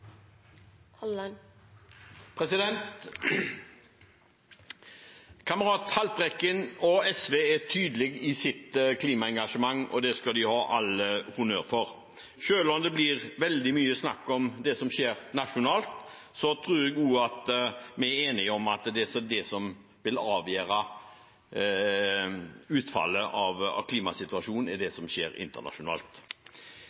i sitt klimaengasjement, og det skal de ha all honnør for. Selv om det blir veldig mye snakk om det som skjer nasjonalt, tror jeg vi er enige om at det som vil avgjøre utfallet av klimasituasjonen, er det